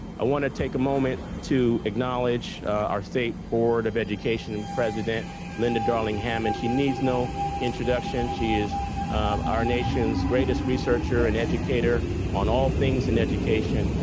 i want to take a moment to acknowledge our state board of education and president linda darling-hammond. she needs no introduction. she is our nation's greatest researcher and educator on all things in education.